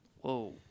Whoa